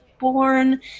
born